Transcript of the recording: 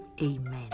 amen